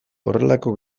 horrelako